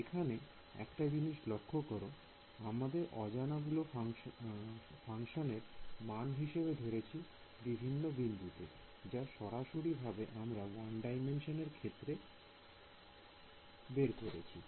এখানে একটা জিনিস লক্ষ্য কর আমরা অজানা গুলিকে ফাংশনের মান হিসেবে ধরছি বিভিন্ন বিন্দুতে যা সরাসরি ভাবে আমরা 1D র ক্ষেত্রে করেছি